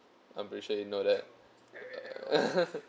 I'm pretty sure you know that